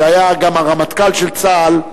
שהיה גם הרמטכ"ל של צה"ל,